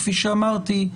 כפי שאמרתי,